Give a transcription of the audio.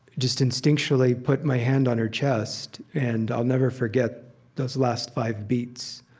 just instinctually put my hand on her chest. and i'll never forget those last five beats.